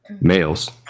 males